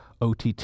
OTT